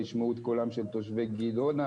או ישמעו את קולם של תושבי גדעונה.